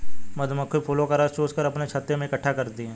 मधुमक्खी फूलों का रस चूस कर अपने छत्ते में इकट्ठा करती हैं